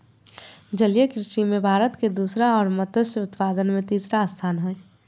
जलीय कृषि में भारत के दूसरा और मत्स्य उत्पादन में तीसरा स्थान हइ